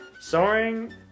Soaring